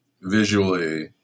visually